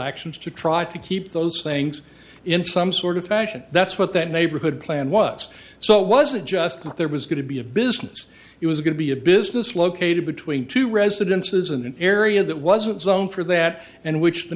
actions to try to keep those things in some sort of fashion that's what that neighborhood plan was so was it just that there was going to be a business it was going to be a business located between two residences and an area that wasn't zone for that and which the